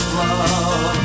love